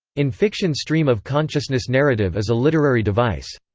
in fiction stream-of-consciousness narrative is a literary device.